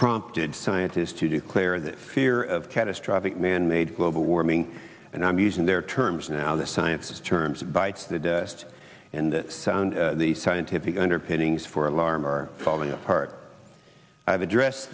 prompted scientists to declare the fear of catastrophic manmade global warming and i'm using their terms now the science terms bites the dust in that sound the scientific underpinnings for alarm are falling apart i have address